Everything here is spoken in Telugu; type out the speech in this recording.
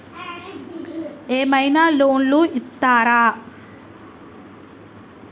ఏమైనా లోన్లు ఇత్తరా?